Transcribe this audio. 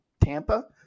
Tampa